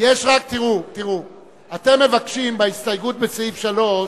אתם מבקשים, בהסתייגות בסעיף 3,